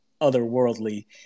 otherworldly